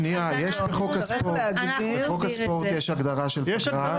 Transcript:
בחוק הספורט יש הגדרה של פגרה,